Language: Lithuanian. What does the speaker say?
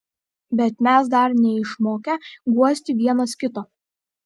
bet mes dar neišmokę guosti vienas kito